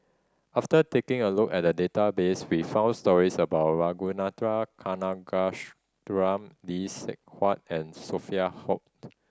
after taking a look at the database we found stories about Ragunathar Lee Sek Huat and Sophia Hult